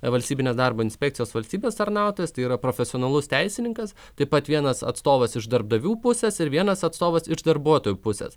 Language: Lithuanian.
valstybinės darbo inspekcijos valstybės tarnautojas tai yra profesionalus teisininkas taip pat vienas atstovas iš darbdavių pusės ir vienas atstovas iš darbuotojų pusės